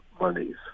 monies